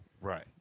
Right